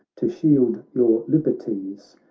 to shield your liberties,